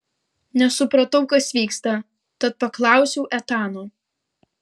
nesupratau kas vyksta tad paklausiau etano